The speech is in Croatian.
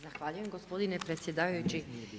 Zahvaljujem gospodine predsjedavajući.